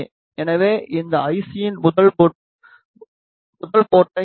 எனவே இந்த ஐசியின் முதல் போர்ட்டை ஆர்